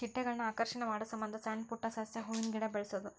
ಚಿಟ್ಟೆಗಳನ್ನ ಆಕರ್ಷಣೆ ಮಾಡುಸಮಂದ ಸಣ್ಣ ಪುಟ್ಟ ಸಸ್ಯ, ಹೂವಿನ ಗಿಡಾ ಬೆಳಸುದು